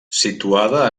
situada